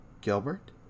Gilbert